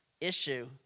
issue